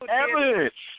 evidence